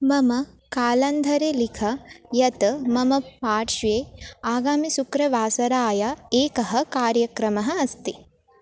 मम कालन्धरे लिख यत् मम पार्श्वे आगामि शुक्रवासराय एकः कार्यक्रमः अस्ति